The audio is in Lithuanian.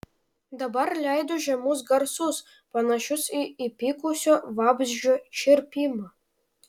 dabar leido žemus garsus panašius į įpykusio vabzdžio čirpimą